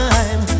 Time